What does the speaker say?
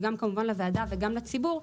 גם לוועדה וגם לציבור,